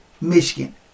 michigan